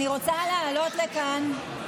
אני רוצה להעלות לכאן,